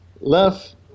Left